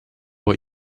what